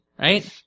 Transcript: right